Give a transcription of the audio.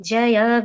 Jaya